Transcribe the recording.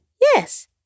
yes